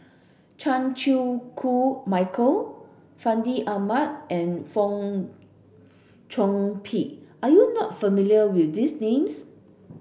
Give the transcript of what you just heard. Chan Chew Koon Michael Fandi Ahmad and Fong Chong Pik are you not familiar with these names